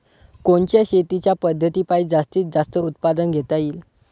कोनच्या शेतीच्या पद्धतीपायी जास्तीत जास्त उत्पादन घेता येईल?